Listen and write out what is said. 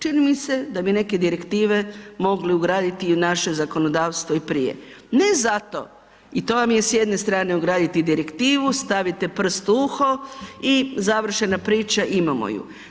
Čini mi se da bi neke direktive mogli ugraditi i u naše zakonodavstvo i prije, ne zato, i to vam je s jedne strane ugraditi direktivu, stavite prst u uho i završena priča, imamo ju.